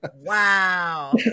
Wow